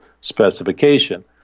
specification